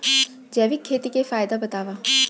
जैविक खेती के फायदा बतावा?